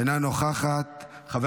אינה נוכחת.